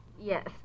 Yes